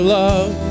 love